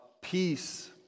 peace